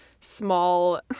small